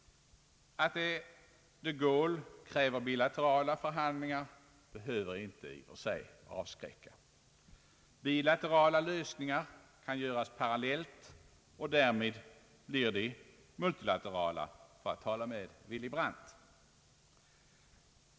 Att de Gaulle kräver bilaterala förhandlingar behöver inte avskräcka. Bilaterala lösningar kan göras parallellt, och därmed blir de multilaterala, för att tala med Willy Brandt.